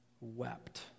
wept